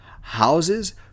houses